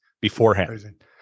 beforehand